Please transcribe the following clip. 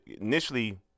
initially